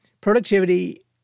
productivity